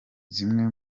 zimwe